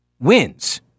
wins